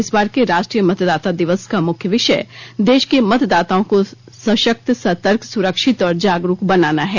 इस बार के राष्ट्रीय मतदाता दिवस का मुख्य विषय देश के मतदाताओं को सशक्त सतर्क सुरक्षित और जागरूक बनाना है